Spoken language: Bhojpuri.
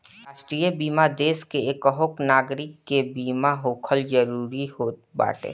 राष्ट्रीय बीमा देस के एकहक नागरीक के बीमा होखल जरूरी होत बाटे